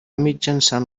mitjançant